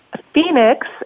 Phoenix